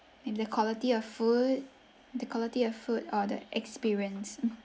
and the quality of food the quality of food or the experience